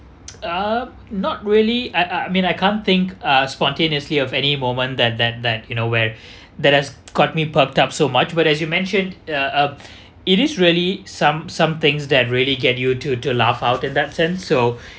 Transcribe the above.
uh not really I I mean I can't think uh spontaneously of any moment that that that you know where that has caught me perked up so much but as you mentioned uh uh it is really some some things that really get you to to laugh out in that sense so